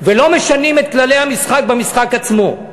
ולא משנים את כללי המשחק במשחק עצמו.